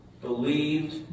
believed